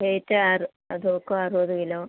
വെയ്റ്റാറ് ആ തൂക്കം അറുപത് കിലോ